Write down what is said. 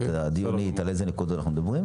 הדיון ועל איזה נקודות אנחנו מדברים,